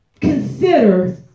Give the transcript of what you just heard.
consider